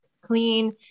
clean